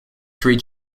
three